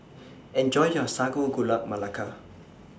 Enjoy your Sago Gula Melaka